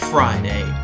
Friday